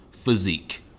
physique